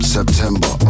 September